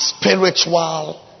spiritual